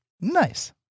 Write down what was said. Nice